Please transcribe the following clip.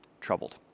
troubled